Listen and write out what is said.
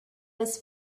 was